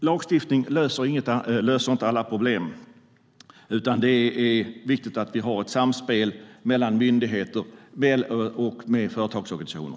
Lagstiftning löser inte alla problem utan det är viktigt att vi har ett samspel mellan myndigheter och företagsorganisationer.